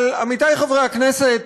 אבל, עמיתי חברי הכנסת,